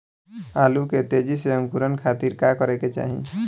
आलू के तेजी से अंकूरण खातीर का करे के चाही?